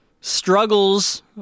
struggles